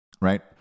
right